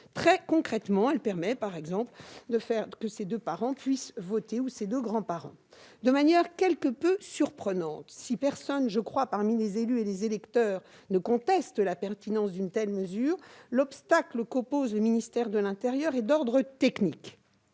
Très concrètement, elle permet par exemple à un électeur de disposer d'une procuration pour ses deux parents ou ses deux grands-parents. De manière quelque peu surprenante, si personne, je crois, parmi les élus et électeurs, ne conteste la pertinence d'une telle mesure, l'obstacle qu'oppose le ministère de l'intérieur est d'ordre technique